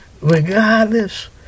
regardless